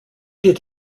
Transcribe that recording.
did